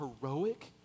heroic